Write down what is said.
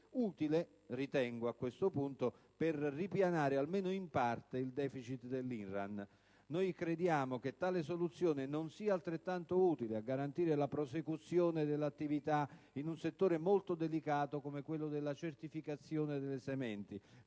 evidentemente utile a ripianare almeno in parte il deficit dell'INRAN. Noi crediamo che tale soluzione non sia altrettanto utile a garantire la prosecuzione dell'attività in un settore molto delicato come quello della certificazione delle sementi,